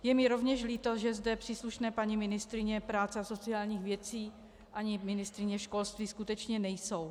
Je mi rovněž líto, že zde příslušné paní ministryně práce a sociálních věcí ani ministryně školství skutečně nejsou.